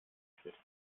fit